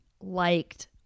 liked